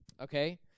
Okay